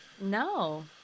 No